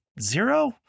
zero